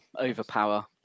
overpower